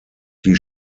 die